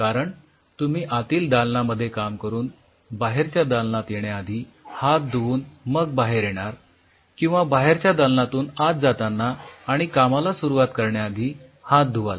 कारण तुम्ही आतील दालनामध्ये काम करून बाहेरच्या दालनात येण्याआधी हात धुवून मग बाहेर येणार किंवा बाहेरच्या दालनातून आत जाताना आणि कामाला सुरुवात करण्याआधी हात धुवाल